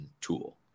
tool